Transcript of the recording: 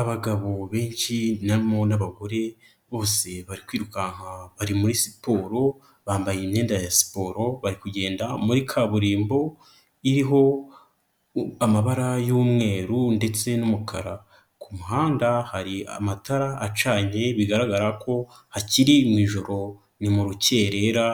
Abagabo benshi n'abagore bose bari kwirukanka, bari muri siporo bambaye imyenda ya siporo, bari kugenda muri kaburimbo iriho amabara y'umweru ndetse n'umukara. Ku muhanda hari amatara acanye bigaragara ko hakiri mu ijoro. Ni mu rukerera